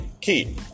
key